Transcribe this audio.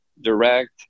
direct